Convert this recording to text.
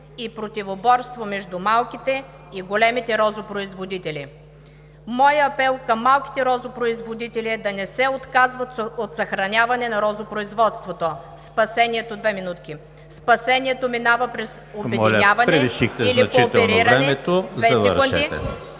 Моля, превишихте значително времето, завършете.